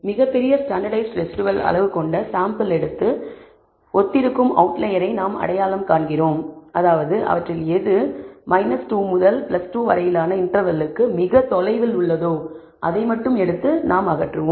மிகப்பெரிய standardised residual அளவு கொண்ட சாம்பிள் எடுத்து அதனுடன் ஒத்திருக்கும் அவுட்லயரை நாம் அடையாளம் காண்கிறோம் அதாவது அவற்றில் எது 2 முதல் 2 வரையிலான இன்டர்வெல்லுக்கு மிக தொலைவில் உள்ளதோ அதை எடுத்து அகற்றுவோம்